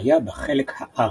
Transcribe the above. שהיה בחלק "הארי".